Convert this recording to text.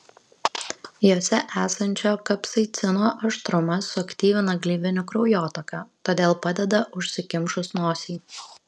jose esančio kapsaicino aštrumas suaktyvina gleivinių kraujotaką todėl padeda užsikimšus nosiai